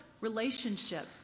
Relationship